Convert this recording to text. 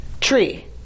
tree